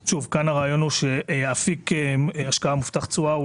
הרעיון הוא שאפיק השקעה מובטח תשואה הוא